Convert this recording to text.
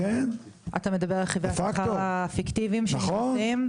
אתה מדבר על רכיבי השכר הפיקטיביים שנכנסים?